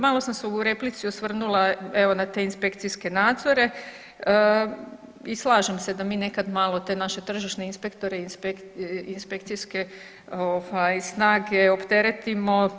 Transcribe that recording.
Malo sam se u replici osvrnula evo na te inspekcijske nadzore i slažem se da mi nekad malo te naše tržišne inspektore, inspekcijske snage opteretimo.